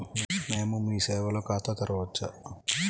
మేము మీ సేవలో ఖాతా తెరవవచ్చా?